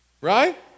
right